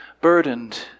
burdened